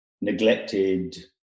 neglected